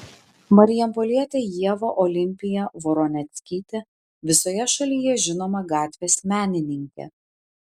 marijampolietė ieva olimpija voroneckytė visoje šalyje žinoma gatvės menininkė